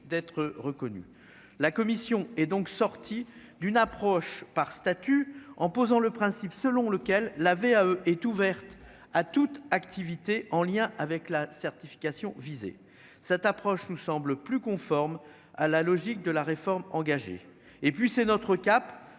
d'être reconnu, la commission est donc sorti d'une approche par statut en posant le principe selon lequel la VAE est ouverte à toute activité en lien avec la certification visée, cette approche nous semble plus conforme à la logique de la réforme engagée et puis c'est notre cap